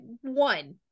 one